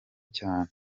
cyane